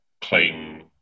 claim